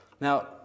Now